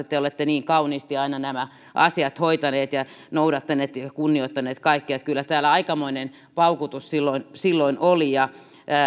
että te olette niin kauniisti aina nämä asiat hoitaneet ja noudattaneet ja kunnioittaneet kaikkia kyllä täällä aikamoinen paukutus silloin silloin oli ja